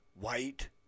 white